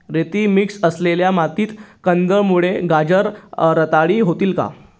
रेती मिक्स असलेल्या मातीत कंदमुळे, गाजर रताळी होतील का?